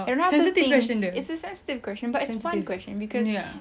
that's the thing it's a sensitive question but it's fun question cause